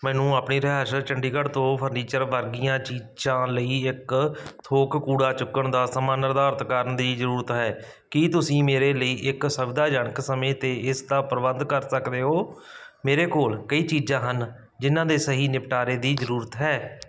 ਮੈਨੂੰ ਆਪਣੀ ਰਿਹਾਇਸ਼ ਚੰਡੀਗੜ੍ਹ ਤੋਂ ਫਰਨੀਚਰ ਵਰਗੀਆਂ ਚੀਜ਼ਾਂ ਲਈ ਇੱਕ ਥੋਕ ਕੂੜਾ ਚੁੱਕਣ ਦਾ ਸਮਾਂ ਨਿਰਧਾਰਤ ਕਰਨ ਦੀ ਜ਼ਰੂਰਤ ਹੈ ਕੀ ਤੁਸੀਂ ਮੇਰੇ ਲਈ ਇੱਕ ਸੁਵਿਧਾਜਨਕ ਸਮੇਂ 'ਤੇ ਇਸ ਦਾ ਪ੍ਰਬੰਧ ਕਰ ਸਕਦੇ ਹੋ ਮੇਰੇ ਕੋਲ ਕਈ ਚੀਜ਼ਾਂ ਹਨ ਜਿਨ੍ਹਾਂ ਦੇ ਸਹੀ ਨਿਪਟਾਰੇ ਦੀ ਜ਼ਰੂਰਤ ਹੈ